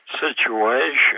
situation